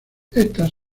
éstas